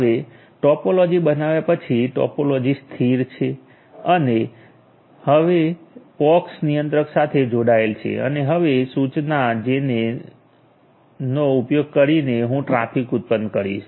હવે ટોપોલોજી બનાવ્યા પછી ટોપોલોજી સ્થિર છે અને તે હવે પોક્સ નિયંત્રક સાથે જોડાયેલ છે અને હવે સુચના કંમાન્ડ જેન નો ઉપયોગ કરીને હું ટ્રાફિક ઉત્પન્ન કરીશ